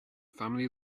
family